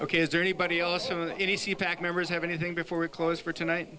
ok is there anybody else in any sea pack members have anything before we close for tonight